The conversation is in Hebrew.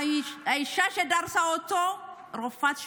האישה שדרסה אותו היא רופאת שיניים,